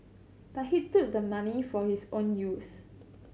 but he took the money for his own use